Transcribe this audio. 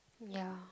ya